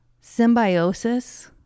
symbiosis